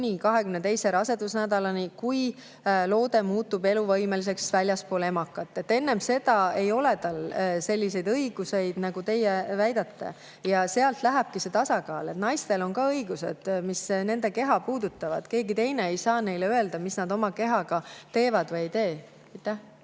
22. rasedusnädalani, pärast mida loode muutub eluvõimeliseks väljaspool emakat. Enne seda ei ole lootel selliseid õigusi, nagu teie väidate. Ja sealt lähebki see tasakaal, et naistel on ka õigused, mis nende keha puudutavad, keegi teine ei saa neile öelda, mis nad oma kehaga teevad või ei tee.